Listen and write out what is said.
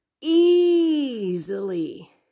easily